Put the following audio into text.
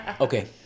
Okay